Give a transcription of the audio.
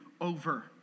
over